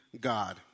God